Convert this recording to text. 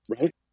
right